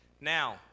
Now